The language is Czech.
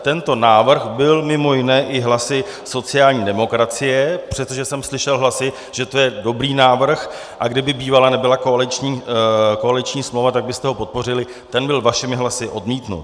Tento návrh byl mimo jiné i hlasy sociální demokracie, přestože jsem slyšel hlasy, že to je dobrý návrh, a kdyby bývala nebyla koaliční smlouva, tak byste ho podpořili ten byl vašimi hlasy odmítnut.